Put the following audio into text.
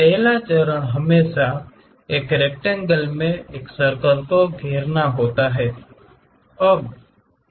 पहला चरण हमेशा एक रेक्टेंगल में एक सर्कल को घेरने के लिए होता है